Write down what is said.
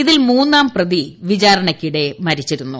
ഇതിൽ മൂന്നാംപ്രതി വിചാരണയ്ക്കിടെ മരിച്ചിരുന്നു